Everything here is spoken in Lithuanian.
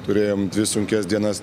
turėjom dvi sunkias dienas